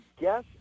guess